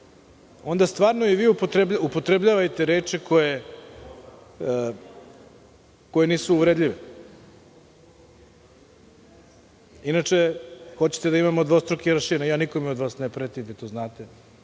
onda stvarno i vi upotrebljavajte reči koje nisu uvredljive. Inače hoćete da imamo dvostruke aršine. Nikome od vas ne pretim, vi to znate.